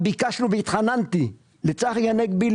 ביקשנו והתחננתי לצחי הנגבי,